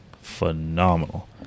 phenomenal